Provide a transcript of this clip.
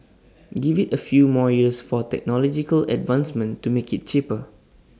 give IT A few more years for technological advancement to make IT cheaper